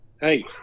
Hey